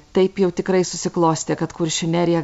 taip jau tikrai susiklostė kad kuršių neriją